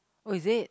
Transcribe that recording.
oh is it